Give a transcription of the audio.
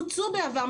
פוצו בעבר,